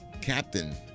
captain